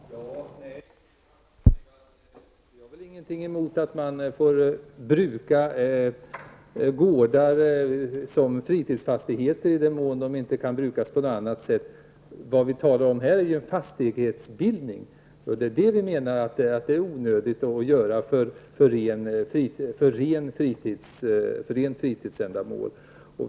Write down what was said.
Herr talman! Nej, Ingrid Hasselström Nyvall, vi har ingenting emot att man brukar gårdar som fritidsfastigheter i den mån de inte kan brukas på något annat sätt. Men vad vi talar om här är ju fastighetsbildning. Och vi menar att detta är onödigt för rent fritidsändamål.